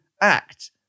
act